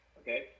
okay